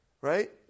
right